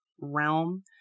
realm